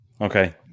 okay